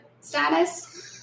status